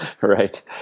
Right